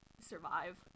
survive